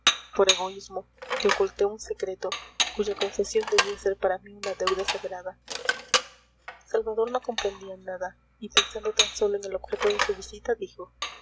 egoísmo te oculté un secreto cuya confesión debía ser para mí una deuda sagrada salvador no comprendía nada y pensando tan sólo en el objeto de su visita dijo